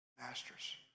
masters